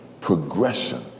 progression